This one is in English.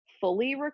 fully